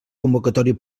convocatòria